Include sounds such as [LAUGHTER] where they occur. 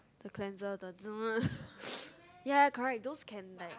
the cleanser the [NOISE] [LAUGHS] ya correct those can like